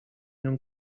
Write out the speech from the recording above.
nią